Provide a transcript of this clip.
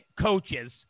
coaches